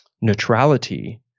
neutrality